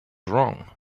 wrong